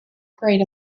great